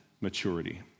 maturity